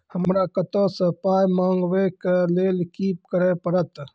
हमरा कतौ सअ पाय मंगावै कऽ लेल की करे पड़त?